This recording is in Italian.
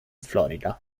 florida